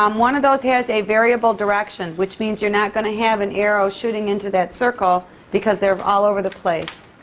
um one of those has a variable direction which means you're not gonna have an arrow shooting into that circle because they're all over the place.